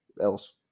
else